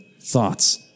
thoughts